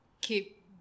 Keep